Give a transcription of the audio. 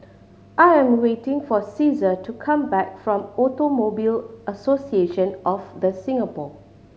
I am waiting for Caesar to come back from Automobile Association of The Singapore